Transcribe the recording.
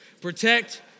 Protect